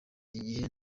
igihe